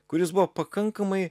kuris buvo pakankamai